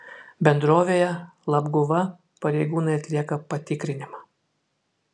bendrovėje labguva pareigūnai atlieka patikrinimą